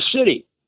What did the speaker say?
city